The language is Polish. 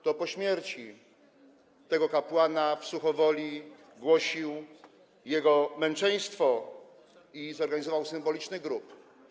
To po śmierci tego kapłana w Suchowoli głosił jego męczeństwo i zorganizował symboliczny grób.